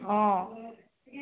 ହଁ